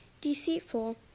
deceitful